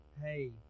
hey